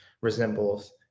resembles